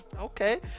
Okay